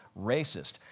racist